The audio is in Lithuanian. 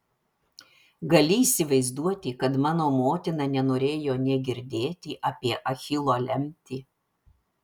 gali įsivaizduoti kad mano motina nenorėjo nė girdėti apie achilo lemtį